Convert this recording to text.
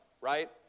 right